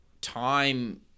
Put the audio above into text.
time